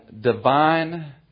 divine